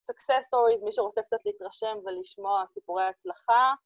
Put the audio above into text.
Success stories, מי שרוצה קצת להתרשם ולשמוע סיפורי הצלחה